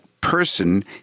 person